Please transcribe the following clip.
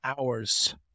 hours